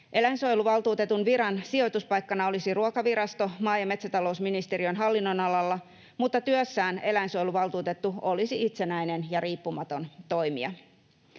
Eläinsuojeluvaltuutetun viran sijoituspaikkana olisi Ruokavirasto maa- ja metsätalousministeriön hallinnonalalla, mutta työssään eläinsuojeluvaltuutettu olisi itsenäinen ja riippumaton toimija.